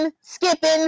skipping